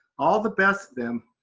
all the best, then,